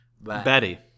Betty